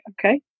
okay